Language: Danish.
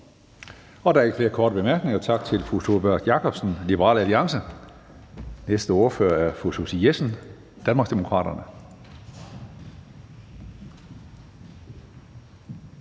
Der er ikke flere korte bemærkninger. Tak til fru Sólbjørg Jakobsen, Liberal Alliance. Næste ordfører er fru Susie Jessen, Danmarksdemokraterne.